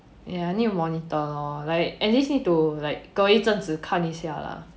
ya need to monitor lor like at least need to like 隔一阵子看一下 lah